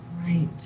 Right